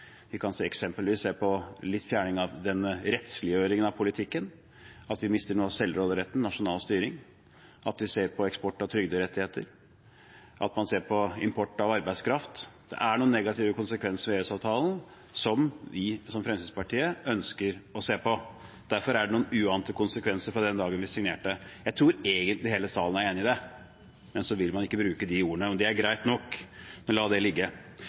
vi har i dag. Vi kan eksempelvis se på fjerning av rettsliggjøringen av politikken – at vi mister noe av selvråderetten og nasjonal styring – se på eksport av trygderettigheter og på import av arbeidskraft. Det er noen negative konsekvenser av EØS-avtalen som Fremskrittspartiet ønsker å se på, det er noen uante konsekvenser fra den dagen vi signerte. Jeg tror egentlig hele salen er enig i det, men man vil ikke bruke de ordene. Og det er greit nok, jeg skal la det ligge.